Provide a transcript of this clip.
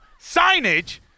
signage